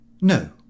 No